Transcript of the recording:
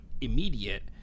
immediate